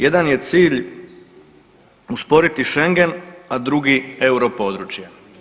Jedan je cilj usporiti Schengen, a drugi europodručje.